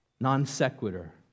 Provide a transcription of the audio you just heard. non-sequitur